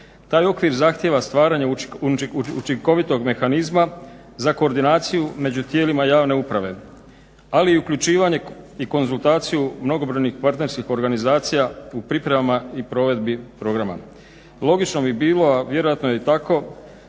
Taj okvir zahtjeva stvaranje učinkovitog mehanizma za koordinaciju među tijelima javne uprave ali i uključivanje i konzultaciju mnogobrojnih partnerskih organizacija u pripremama i provedbi programa. Logično bi bilo a vjerojatno je tako